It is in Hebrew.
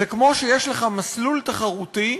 זה כמו שיש לך מסלול תחרותי,